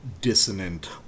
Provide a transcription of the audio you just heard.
dissonant